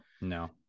No